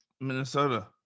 Minnesota